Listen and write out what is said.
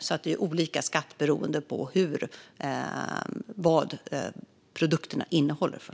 Det är alltså olika skatt beroende på vad produkterna innehåller.